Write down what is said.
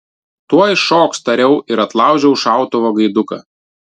tuoj šoks tariau ir atlaužiau šautuvo gaiduką